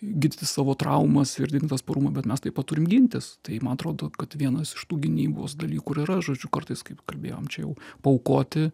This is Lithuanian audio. gydyti savo traumas ir didint atsparumą bet mes taip pat turim gintis tai man atrodo kad vienas iš tų gynybos dalykų ir yra žodžiu kartais kaip kalbėjom čia jau paaukoti